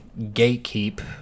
gatekeep